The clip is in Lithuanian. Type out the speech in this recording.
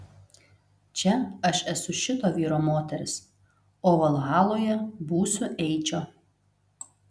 čia aš esu šito vyro moteris o valhaloje būsiu eičio